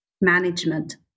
management